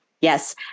Yes